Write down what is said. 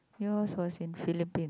yours was in Philippines